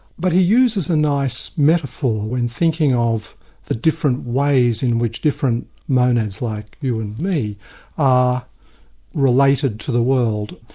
but he uses a nice metaphor in thinking of the different ways in which different monads like you and me are related to the world.